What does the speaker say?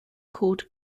called